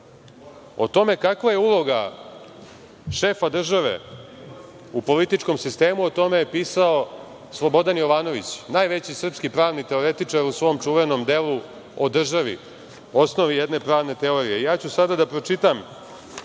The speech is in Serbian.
o tome kakva je uloga šefa države u političkom sistemu o tome je pisao Slobodan Jovanović najveći srpski pravnik, teoretičar u svom čuvenom delu o državi „Osnovi jedne pravne teorije“.Sada ću da pročitam